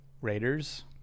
Raiders